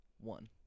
one